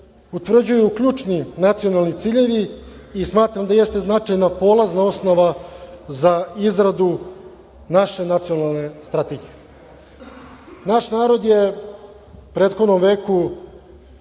utvrđuju ključni nacionalni ciljevi. Smatram da jeste značajna polazna osnova za izradu naše nacionalne strategije. Naš narod je u prethodnom veku